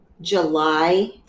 July